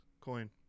coin